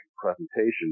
presentation